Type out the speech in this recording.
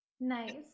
Nice